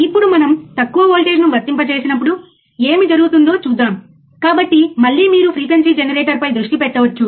అతను 365 375 మార్చుతున్నాడు ఇక్కడ ఏమి జరుగుతుందో దానిపై దృష్టి పెట్టండి